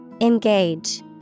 Engage